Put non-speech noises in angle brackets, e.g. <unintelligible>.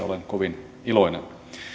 <unintelligible> olen kovin iloinen